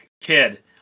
kid